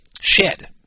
shed